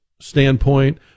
standpoint